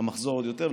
המחזור עוד יותר.